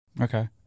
Okay